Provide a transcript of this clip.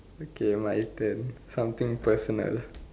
okay my turn something personal